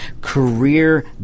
career